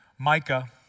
Micah